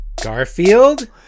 Garfield